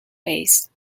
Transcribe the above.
ways